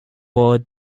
walt